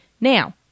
Now